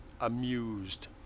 amused